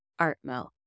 Artmo